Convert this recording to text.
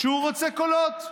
שהוא רוצה קולות,